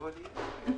לומר משהו?